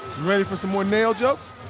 ready for some more nail jokes?